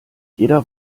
jeder